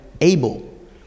Abel